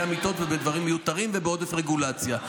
אמיתות ובדברים מיותרים ובעודף רגולציה,